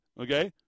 okay